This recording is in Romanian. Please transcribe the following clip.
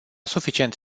suficient